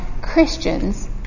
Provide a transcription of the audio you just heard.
Christians